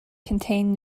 contain